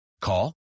Call